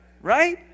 right